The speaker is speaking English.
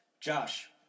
Josh